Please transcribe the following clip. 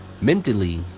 mentally